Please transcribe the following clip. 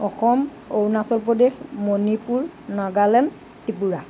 Assam Arunachal Pradesh Manipur Nagaland Tripura